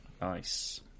Nice